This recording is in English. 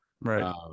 right